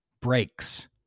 breaks